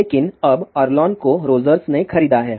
लेकिन अब अरलोन को रोजर्स ने खरीदा है